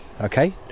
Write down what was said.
okay